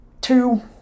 two